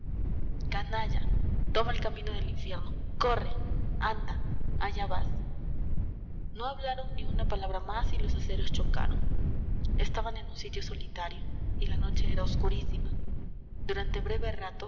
canalla toma el camino del infierno corre anda allá vas no hablaron ni una palabra más y los aceros chocaron estaban en un sitio solitario y la noche era oscurísima durante